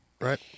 right